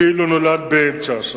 כאילו נולד באמצע השנה.